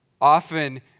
often